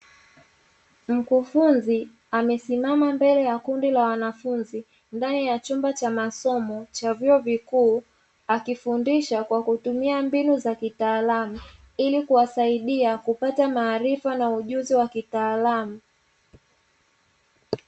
Mkufunzi amesimama mbele ya kundi la wanafunzi ndani ya chumba cha masomo cha vyuo vikuu, akifundisha kwa kutumia mbinu za kitaalamu ili kuwasaidia kupata maarifa na ujuzi wa kitaalamu.